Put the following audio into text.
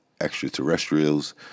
extraterrestrials